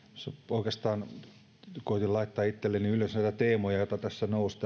oikeastaan koetin laittaa itselleni ylös näitä teemoja joita tässä nousi